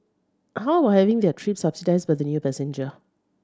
how having their trip subsidised by the new passenger